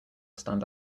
stand